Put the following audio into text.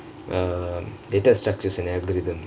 err data structures and algorithm